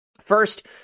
first